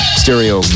stereo